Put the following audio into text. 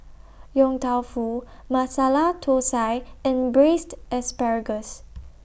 Yong Tau Foo Masala Thosai and Braised Asparagus